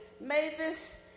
Mavis